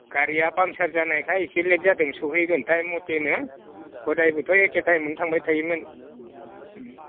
गारिया पाम्पसार जानायखाय एसे लेट जादों सहैगोन टाइम मथेनो हदाय बोथ' एखे टाइमआवनो थांबाय थायोमोन